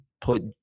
put